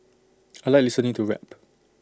I Like listening to rap